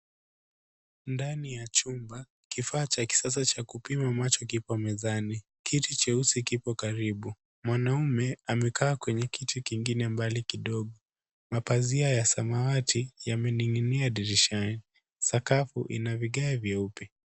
Ndani ya chumba, kifaa cha kisasa cha kupima macho kipo mezani. Kiti cheusi kipo karibu, mwanaume amekaa kwenye kiti kingine mbali kidogo, mapazia ya samawati yamening'inia dirishani, sakafu ina vigae vyeupe.